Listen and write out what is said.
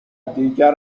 دیگر